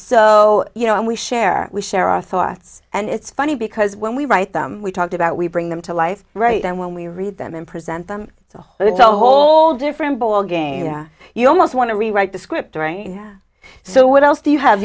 so you know and we share we share our thoughts and it's funny because when we write them we talked about we bring them to life right and when we read them and present them it's a whole it's a whole different ballgame you almost want to rewrite the script right so what else do you have